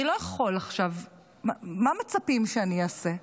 אני לא יכול עכשיו, מה מצפים שאני אעשה?